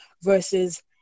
versus